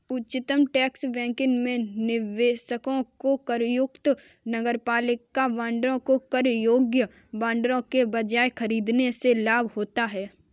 उच्चतम tax bracket में निवेशकों को करमुक्त नगरपालिका बांडों को कर योग्य बांडों के बजाय खरीदने से लाभ होता है